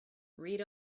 read